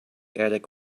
attic